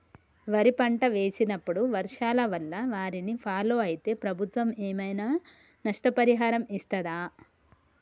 వరి పంట వేసినప్పుడు వర్షాల వల్ల వారిని ఫాలో అయితే ప్రభుత్వం ఏమైనా నష్టపరిహారం ఇస్తదా?